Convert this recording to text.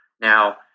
Now